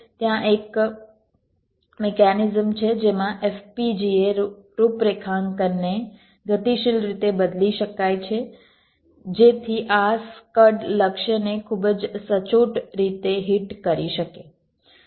ત્યાં એક મિકેનિઝમ છે જેમાં FPGA રૂપરેખાંકનને ગતિશીલ રીતે બદલી શકાય છે જેથી આ સ્કડ લક્ષ્યને ખૂબ જ સચોટ રીતે હિટ કરી શકે